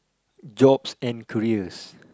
jobs and careers